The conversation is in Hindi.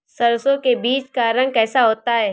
सरसों के बीज का रंग कैसा होता है?